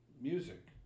music